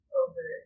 over